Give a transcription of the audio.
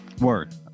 word